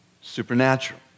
Supernatural